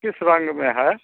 किस रंग में है